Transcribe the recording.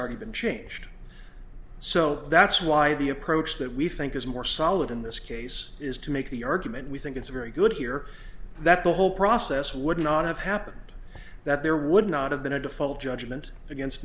already been changed so that's why the approach that we think is more solid in this case is to make the argument we think it's very good here that the whole process would not have happened that there would not have been a default judgment against